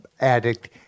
addict